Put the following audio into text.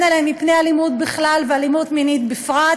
עליהן מפני אלימות בכלל ואלימות מינית בפרט,